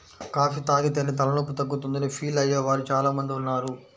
coffee తాగితేనే తలనొప్పి తగ్గుతుందని ఫీల్ అయ్యే వారు చాలా మంది ఉన్నారు